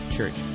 Church